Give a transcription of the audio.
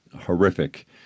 horrific